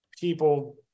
people